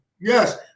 Yes